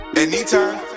Anytime